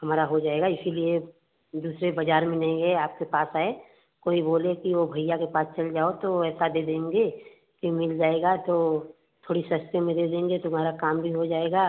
हमारा हो जाएगा इसीलिए दूसरे बाज़ार में नहीं गए आपके पास आए कोई बोले कि वह भैया के पास चले जाओ तो ऐसा दे देंगे कि मिल जाएगा तो थोड़ी सस्ते में दे देंगे तुम्हारा काम भी हो जाएगा